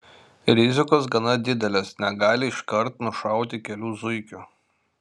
rizikos gana didelės negali iškart nušauti kelių zuikių